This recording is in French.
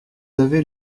avez